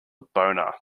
boner